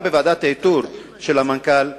גם בוועדת האיתור של המנכ"ל,